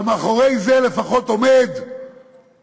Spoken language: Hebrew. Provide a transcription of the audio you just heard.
אבל מאחורי זה לפחות יש כישרון,